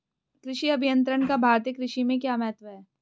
कृषि अभियंत्रण का भारतीय कृषि में क्या महत्व है?